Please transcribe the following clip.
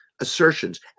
assertions